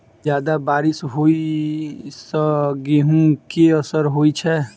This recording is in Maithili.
जियादा बारिश होइ सऽ गेंहूँ केँ असर होइ छै?